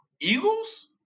Eagles